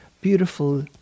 beautiful